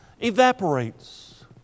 evaporates